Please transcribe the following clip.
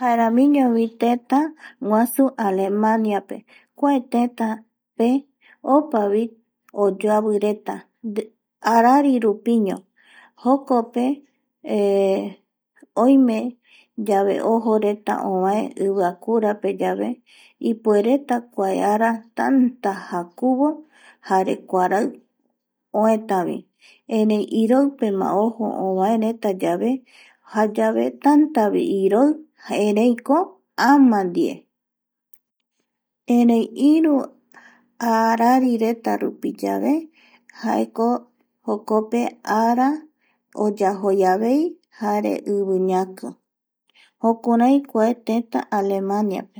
Jaeramiñovi tëtäguasu Alemaniape kua tetape opavi oyoavireta ararirupiño jokope oimeyave ojoreta ovae iviakurapeyave ipuereta kua ara tanta jakuvo jare kuarai oetavi, erei iroipema ojo ovaeretayave jayave tantavi iroi ereiko ama ndie erei iru arari reta rupi jokope yave ara oyajoi avei jare iviñaki jukurai kua tetape Alemania